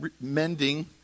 mending